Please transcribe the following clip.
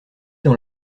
dans